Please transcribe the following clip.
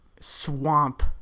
swamp